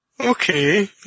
Okay